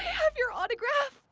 have your autograph?